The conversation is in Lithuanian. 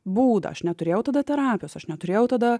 būdą aš neturėjau tada terapijos aš neturėjau tada